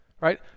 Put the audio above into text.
right